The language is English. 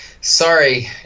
sorry